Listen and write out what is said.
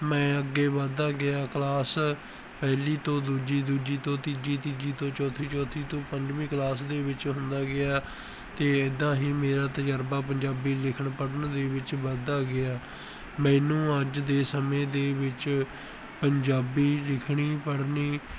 ਮੈਂ ਅੱਗੇ ਵੱਧਦਾ ਗਿਆ ਕਲਾਸ ਪਹਿਲੀ ਤੋਂ ਦੂਜੀ ਦੂਜੀ ਤੋਂ ਤੀਜੀ ਤੀਜੀ ਤੋਂ ਚੌਥੀ ਚੌਥੀ ਤੋਂ ਪੰਜਵੀਂ ਕਲਾਸ ਦੇ ਵਿੱਚ ਹੁੰਦਾ ਗਿਆ ਅਤੇ ਇੱਦਾਂ ਹੀ ਮੇਰਾ ਤਜਰਬਾ ਪੰਜਾਬੀ ਲਿਖਣ ਪੜ੍ਹਨ ਦੇ ਵਿੱਚ ਵੱਧਦਾ ਗਿਆ ਮੈਨੂੰ ਅੱਜ ਦੇ ਸਮੇਂ ਦੇ ਵਿੱਚ ਪੰਜਾਬੀ ਲਿਖਣੀ ਪੜ੍ਹਨੀ